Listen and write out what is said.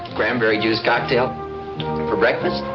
cranberry juice cocktail for breakfast?